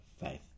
faith